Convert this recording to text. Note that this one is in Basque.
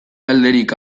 alderik